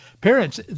parents